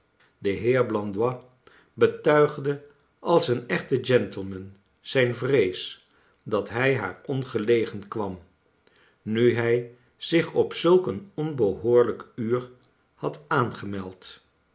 de heer blandois betuigde als een echte gentleman zijn vrees dat hij haar ongelegen kwam nu hij zich op zulk een onbehoorlijk uur had aangemeld